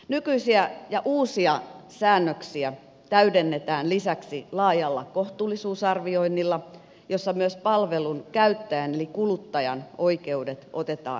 nykyisiä ja uusia säännöksiä täydennetään lisäksi laajalla kohtuullisuusarvioinnilla jossa myös palvelun käyttäjän eli kuluttajan oikeudet otetaan huomioon